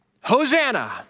Hosanna